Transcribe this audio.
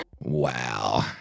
Wow